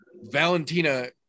Valentina